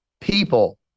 people